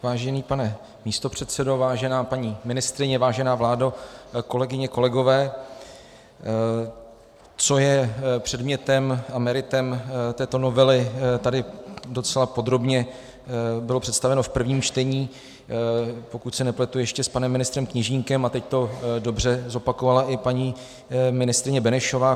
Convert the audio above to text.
Vážený pane místopředsedo, vážená paní ministryně, vážená vládo, kolegyně, kolegové, co je předmětem a meritem této novely, tady docela podrobně bylo představeno v prvním čtení, pokud se nepletu, ještě s panem ministrem Kněžínkem, a teď to dobře zopakovala i paní ministryně Benešová.